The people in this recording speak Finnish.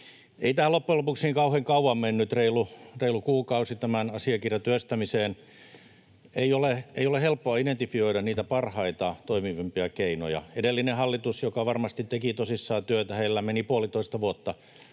loppujen lopuksi niin kauhean kauan mennyt, reilu kuukausi. Ei ole helppoa identifioida niitä parhaita, toimivimpia keinoja. Edellisellä hallituksella, joka varmasti teki tosissaan työtä, meni puolitoista vuotta